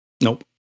Nope